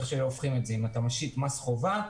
אם אתה משית מס חובה,